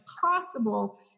possible